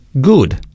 good